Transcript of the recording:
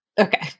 Okay